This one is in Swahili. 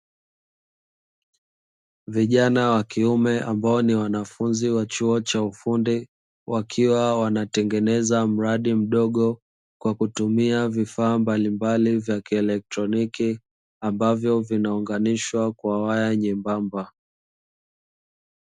Vijana wa kiume ambao ni wanafunzi wa chuo cha ufundi, wakiwa wanatengeneza mradi mdogo kwa kutumia vifaa mbalimbali vya kielektroniki, ambavyo vinaunganishwa kwa waya nyembamba.